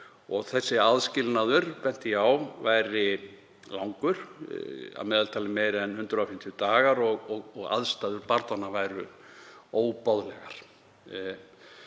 Þessi aðskilnaður væri langur, að meðaltali meira en 150 dagar og aðstæður barnanna væru óboðlegar.